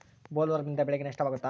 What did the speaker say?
ಬೊಲ್ವರ್ಮ್ನಿಂದ ಬೆಳೆಗೆ ನಷ್ಟವಾಗುತ್ತ?